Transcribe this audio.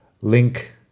Link